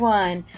one